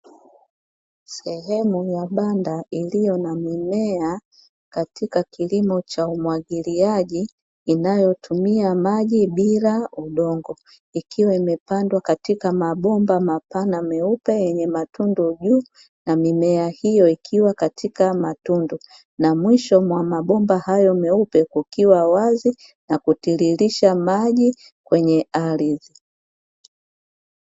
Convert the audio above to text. Sehemu ya banda iliyo na mimea katika kilimo cha umwagiliaji, inayotumia maji bila udongo ikiwa imepandwa katika mabomba mapana meupe yenye matundu juu na mimea, hiyo ikiwa katika matundu na mwisho mwa mabomba hayo meupe kukiwa wazi na kutiririsha maji kwenye ardhi.